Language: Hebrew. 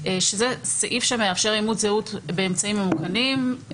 שזה סעיף שמאפשר אימות זהות באמצעים ממוכנים,